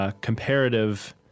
comparative